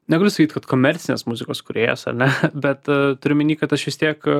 negaliu sakyt kad komercinės muzikos kūrėjas ar ne bet turiu omeny kad aš vis tiek